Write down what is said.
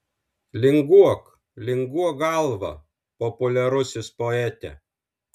linguok linguok galva populiarusis poete